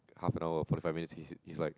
half an hour forty five minutes is is like